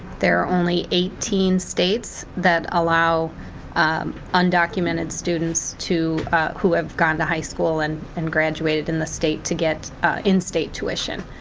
there are only eighteen states that allow undocumented students who have gone to high school and and graduated in the state to get in-state tuition.